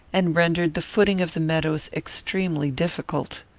and rendered the footing of the meadows extremely difficult.